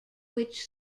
which